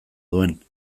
duen